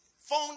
Phone